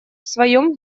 своем